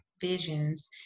visions